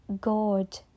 God